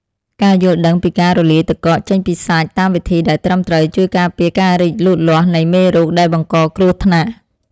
ការយល់ដឹងពីការរលាយទឹកកកចេញពីសាច់តាមវិធីដែលត្រឹមត្រូវ ជួយការពារការរីកលូតលាស់នៃមេរោគដែលបង្កគ្រោះថ្នាក់។